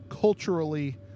culturally –